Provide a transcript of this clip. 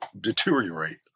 deteriorate